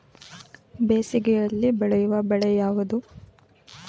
ಬೇಸಿಗೆಯಲ್ಲಿ ಬೆಳೆಯುವ ಬೆಳೆ ಯಾವುದು?